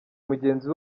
mugenzi